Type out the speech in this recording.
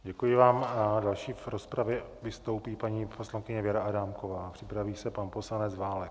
Děkuji vám a další v rozpravě vystoupí paní poslankyně Věra Adámková, připraví se pan poslanec Válek.